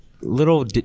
little